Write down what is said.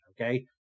okay